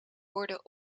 worden